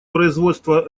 производства